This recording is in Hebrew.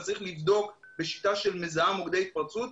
את זה צריך לבדוק בשיטה שמזהה מוקדי התפרצות,